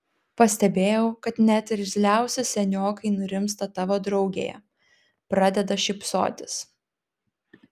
pastebėjau kad net irzliausi seniokai nurimsta tavo draugėje pradeda šypsotis